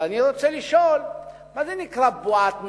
אבל אני רוצה לשאול: מה זה נקרא "בועת נדל"ן"?